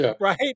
right